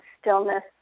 stillness